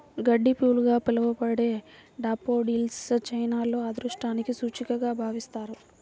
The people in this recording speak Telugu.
గడ్డిపూలుగా పిలవబడే డాఫోడిల్స్ చైనాలో అదృష్టానికి సూచికగా భావిస్తారు